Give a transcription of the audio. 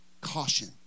caution